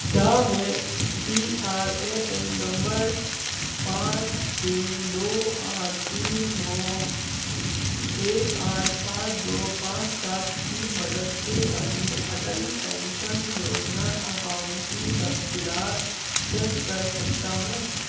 کیا میں P R A N نمبر پانچ تین دو آٹھ تین نو ایک آٹھ سات دو پانچ سات کی مدد سے اپنے اٹل پینشن یوجنا اکاؤنٹ کی تفصیلات چیک کر سکتا ہوں